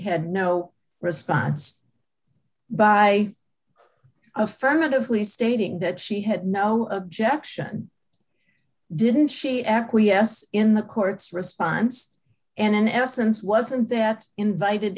had no response by affirmatively stating that she had no objection didn't she acquiesced in the court's response and in essence wasn't that invited